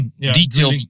detail